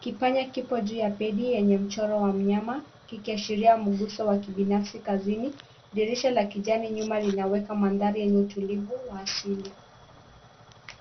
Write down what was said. Kipanya kipo juu ya pedi yenye mchoro wa mnyama kikiashiria mguso wa kibinafsi kazini dirisha la kijani nyuma linaweka mandhari yenye utulivu wa asili.